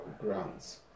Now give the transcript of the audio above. grounds